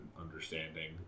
understanding